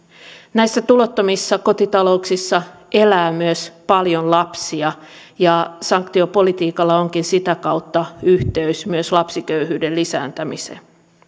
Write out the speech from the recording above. näissä tulottomissa kotitalouksissa elää myös paljon lapsia ja sanktiopolitiikalla onkin sitä kautta yhteys myös lapsiköyhyyden lisääntymiseen